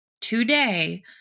today